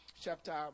chapter